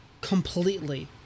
completely